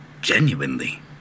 genuinely